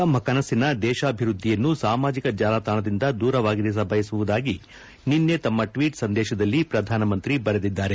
ತಮ್ಮ ಕನಸಿನ ದೇಶಾಭಿವೃದ್ಧಿಯನ್ನು ಸಾಮಾಜಿಕ ಜಾಲತಾಣದಿಂದ ದೂರವಾಗಿರಿಸ ಬಯಸುವುದಾಗಿ ನಿನ್ನೆ ತಮ್ಮ ಟ್ವೀಟ್ ಸಂದೇಶದಲ್ಲಿ ಪ್ರಧಾನಿ ಬರೆದಿದ್ದಾರೆ